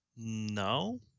No